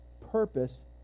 purpose